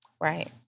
Right